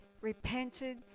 repented